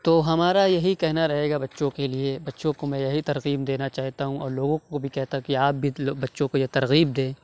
تو ہمارا یہی کہنا رہے گا بچوں کے لیے بچوں کو میں یہی ترغیب دینا چاہتا ہوں اور لوگوں کو بھی کہتا ہوں کہ آپ بھی بچوں کو یہ ترغیب دیں